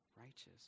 Righteous